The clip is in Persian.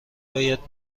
باید